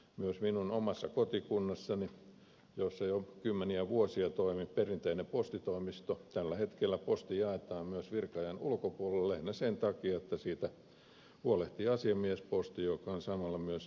myös minun omassa kotikunnassani jossa jo kymmeniä vuosia toimi perinteinen postitoimisto tällä hetkellä posti jaetaan myös virka ajan ulkopuolella lähinnä sen takia että siitä huolehtii asiamiesposti joka on samalla myös r kirjakauppa